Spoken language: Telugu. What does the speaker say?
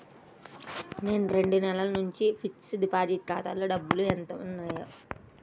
నేను రెండు నెలల నుంచి ఫిక్స్డ్ డిపాజిట్ ఖాతాలో డబ్బులు ఏత్తన్నాను